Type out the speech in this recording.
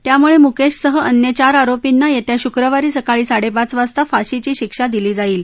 त्यामुळे मुकेशसह अन्य चार आरोपींना येत्या शुक्रवारी सकाळी साडेपाच वाजता फाशीची शिक्षा दिली जाईल